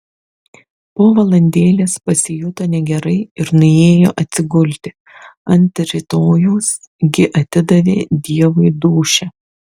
po valandėlės pasijuto negerai ir nuėjo atsigulti ant rytojaus gi atidavė dievui dūšią